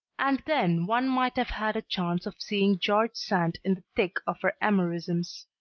and then one might have had a chance of seeing george sand in the thick of her amorisms.